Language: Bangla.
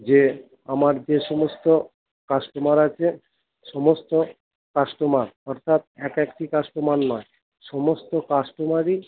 যে আমার যে সমস্ত কাস্টমার আছে সমস্ত কাস্টমার অর্থাৎ এক একটি কাস্টমার নয় সমস্ত কাস্টমারই